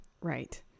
Right